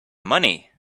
money